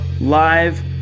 live